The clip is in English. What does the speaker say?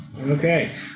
Okay